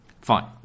Fine